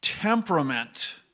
temperament